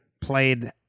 played